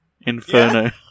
Inferno